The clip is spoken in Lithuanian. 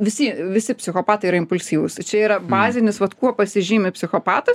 visi visi psichopatai yra impulsyvūs čia yra bazinis vat kuo pasižymi psichopatas